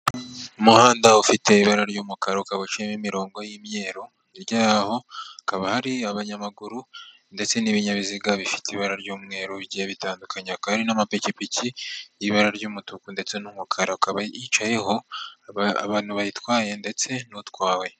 Umuhanda ufite ibara ry'umukara ukaba uciyemo imirongo y'imyeru, hirya yaho hakaba hari abanyamaguru ndetse n'ibinyabiziga bifite ibara ry'umweru bigiye bitandukanye, kandi n'amapikipiki y'ibara ry'umutuku ndetse n'umukara, akaba yicayeho abantu bayitwaye ndetse n'utwawe.